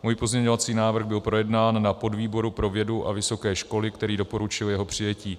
Můj pozměňovací návrh byl projednán na podvýboru pro vědu a vysoké školy, který doporučil jeho přijetí.